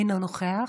אינו נוכח,